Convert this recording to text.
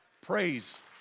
Praise